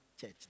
church